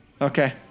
Okay